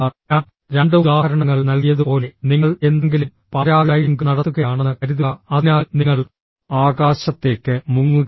ഞാൻ രണ്ട് ഉദാഹരണങ്ങൾ നൽകിയതുപോലെ നിങ്ങൾ എന്തെങ്കിലും പാരാഗ്ലൈഡിംഗ് നടത്തുകയാണെന്ന് കരുതുക അതിനാൽ നിങ്ങൾ ആകാശത്തേക്ക് മുങ്ങുകയാണ്